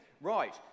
Right